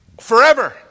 forever